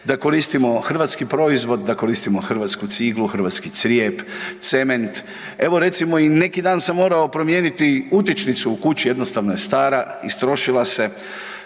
da koristimo hrvatski proizvod, da koristimo hrvatsku ciglu, hrvatsku crijep, cement. Evo recimo i neki dan sam morao promijeniti utičnicu u kući, jednostavno je stara, istrošila se.